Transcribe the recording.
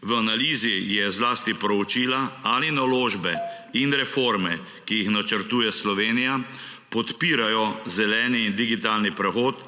V analizi je zlasti proučila, ali naložbe in reforme, ki jih načrtuje Slovenija, podpirajo zeleni in digitalni prehod,